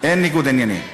אין ניגוד עניינים?